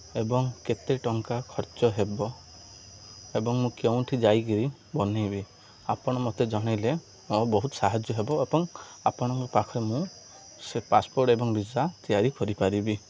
ଏବଂ କେତେ ଟଙ୍କା ଖର୍ଚ୍ଚ ହେବ ଏବଂ ମୁଁ କେଉଁଠି ଯାଇକିରି ବନାଇବି ଆପଣ ମୋତେ ଜଣାଇଲେ ମୋ ବହୁତ ସାହାଯ୍ୟ ହେବ ଏବଂ ଆପଣଙ୍କ ପାଖରେ ମୁଁ ସେ ପାସ୍ପୋର୍ଟ୍ ଏବଂ ଭିସା ତିଆରି କରିପାରିବି